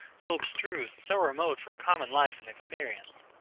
so abstruse, so remote from common life and experience?